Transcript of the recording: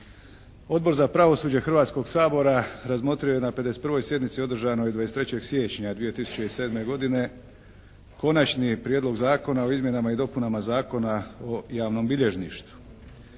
Odbor za pravosuđe Hrvatskog sabora razmotrio je na 51. sjednici održanoj 23. siječnja 2007. godine Konačni prijedlog zakona o izmjenama i dopunama Zakona o javnom bilježništvu.